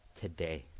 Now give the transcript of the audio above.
today